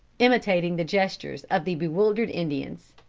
imitating the gestures of the bewildered indians.